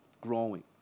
growing